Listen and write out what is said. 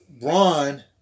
Braun